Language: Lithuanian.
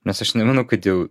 nes aš nemanau kad jau